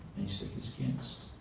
speakers against?